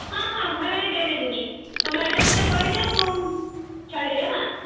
ହଁ ହଁ ଘରେ ଆଣି ଦେଇ ଦେଇଦେବି ତୁମେ ଆଡ୍ରେସ୍ଟା କହିଦିଏ ମୁଁ ଛାଡ଼ିଦେବି ହେଲା